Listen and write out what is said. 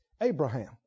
Abraham